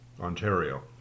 Ontario